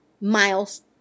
miles